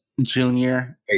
Junior